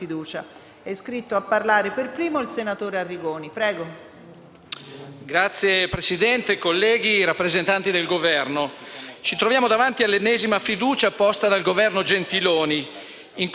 ci troviamo davanti all'ennesima fiducia posta dal Governo Gentiloni Silveri, in continuità con le tante, troppe fiducie poste dal Governo Renzi, tanto da essere diventata un'arrogante prassi consolidata.